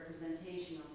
representation